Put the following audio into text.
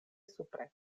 supre